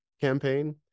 campaign